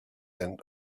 end